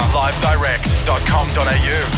livedirect.com.au